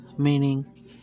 Meaning